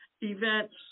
events